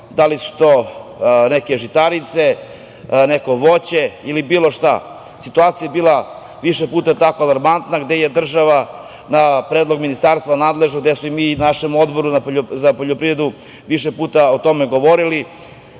da li su to neke žitarice, neko voće ili bilo šta. Situacija je više puta bila tako alarmantna, a gde je država na predlog Ministarstva nadležnog, a gde smo i mi na našem Odboru za poljoprivredu više puta o tome govorili,